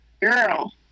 Girl